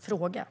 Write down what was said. fråga.